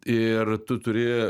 ir tu turi